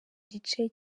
gice